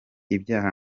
ibyaha